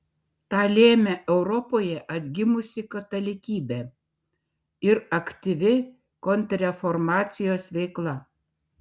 tą lėmė europoje atgimusi katalikybė ir aktyvi kontrreformacijos veikla